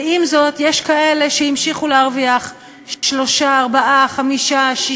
ועם זאת, יש כאלה שהמשיכו להרוויח 3, 4, 5, 6,